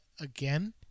again